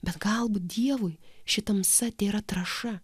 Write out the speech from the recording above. bet galbūt dievui ši tamsa tėra trąša